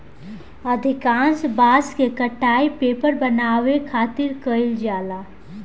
अधिकांश बांस के कटाई पेपर बनावे खातिर कईल जाला